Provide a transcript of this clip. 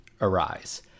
arise